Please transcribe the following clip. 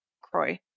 Croy